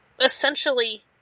essentially